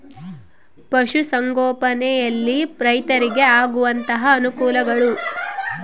ಪಶುಸಂಗೋಪನೆಯಲ್ಲಿ ರೈತರಿಗೆ ಆಗುವಂತಹ ಅನುಕೂಲಗಳು?